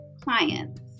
clients